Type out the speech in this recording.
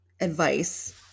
advice